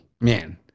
man